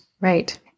Right